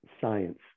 science